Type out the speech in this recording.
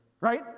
Right